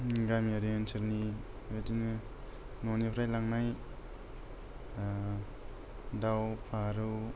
गामियारि ओनसोलनि बिदिनो न'निफ्राय लांनाय दाव फारौ